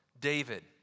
David